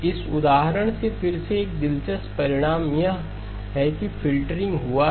इस उदाहरण से फिर से एक और दिलचस्प परिणाम यह है कि फ़िल्टरिंग हुआ है